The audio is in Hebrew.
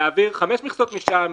להעביר חמש מכסות משם,